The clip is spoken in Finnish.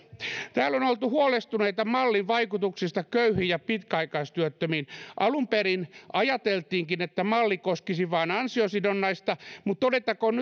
täällä on oltu huolestuneita mallin vaikutuksista köyhiin ja pitkäaikaistyöttömiin alun perin ajateltiinkin että malli koskisi vain ansiosidonnaista mutta todettakoon